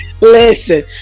listen